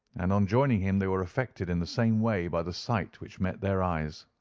and on joining him they were affected in the same way by the sight which met their eyes.